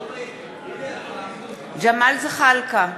ג'מאל זחאלקה,